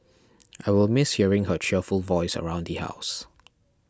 I will miss hearing her cheerful voice around the house